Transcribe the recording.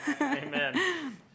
Amen